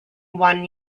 one